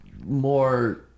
more